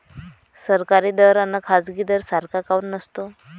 सरकारी दर अन खाजगी दर सारखा काऊन नसतो?